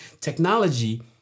technology